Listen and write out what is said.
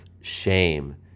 shame